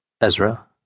Ezra